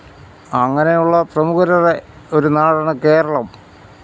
അങ്ങനെയുള്ള പ്രമുഖരുടെ ഒരു നാടാണ് കേരളം